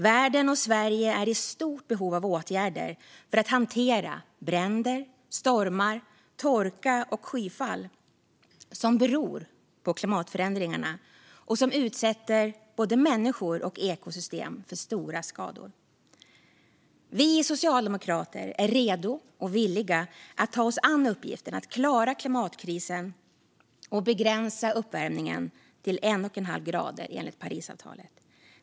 Världen och Sverige är i stort behov av åtgärder för att hantera bränder, stormar, torka och skyfall som beror på klimatförändringar och som utsätter både människor och ekosystem för stora skador. Vi socialdemokrater är redo och villiga att ta oss an uppgiften att klara klimatkrisen och begränsa uppvärmningen till 1,5 grader enligt Parisavtalet.